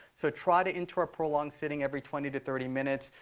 so try to interrupt prolonged sitting every twenty to thirty minutes.